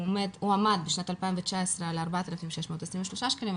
הוא עמד בשנת 2019 על 4,623 שקלים.